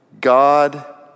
God